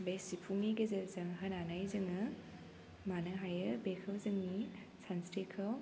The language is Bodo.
बे सिफुंनि गेजेरजों होनानै जोङो मानो हायो बेखौ जोंनि सानस्रिखौ